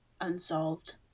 unsolved